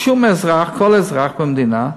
שאזרח, כל אזרח במדינה,